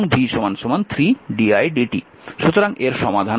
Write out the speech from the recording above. সুতরাং এর সমাধান সহজ